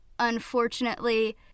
Unfortunately